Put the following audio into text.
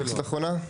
התייחסות אחרונה?